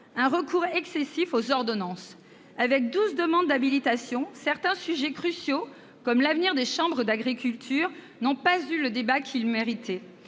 un recours excessif aux ordonnances. Avec douze demandes d'habilitation, certains sujets cruciaux, comme l'avenir des chambres d'agriculture, n'ont pas eu le débat qu'ils méritaient.